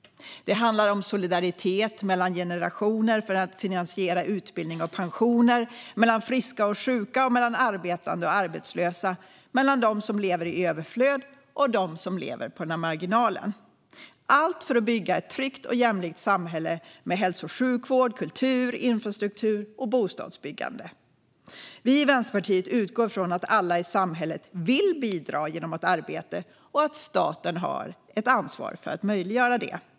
Det handlar om solidaritet mellan generationer för att finansiera utbildning och pensioner, mellan friska och sjuka, mellan arbetande och arbetslösa, mellan dem som lever i överflöd och dem som lever på marginalen - allt för att bygga ett tryggt och jämlikt samhälle med hälso och sjukvård, kultur, infrastruktur och bostadsbyggande. Vi i Vänsterpartiet utgår från att alla i samhället vill bidra genom att arbeta och att staten har ett ansvar för att möjliggöra det.